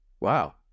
Wow